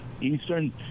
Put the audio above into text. Eastern